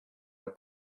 are